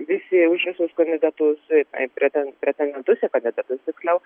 visi už visus kandidatus preten pretendentus į kandidatus tiksliau